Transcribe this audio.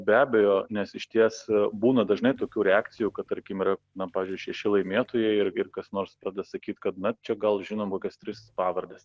be abejo nes išties būna dažnai tokių reakcijų kad tarkim yra pavyzdžiui šeši laimėtojai ir ir kas nors pradeda sakyt kad na čia gal žinom kokias tris pavardes